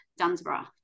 Dunsborough